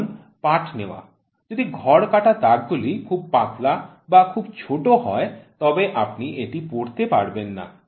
যেমন পাঠ নেওয়া যদি ঘর কাটা দাগ গুলি খুব পাতলা বা খুব ছোট হয় তবে আপনি এটি পড়তে পারবেন না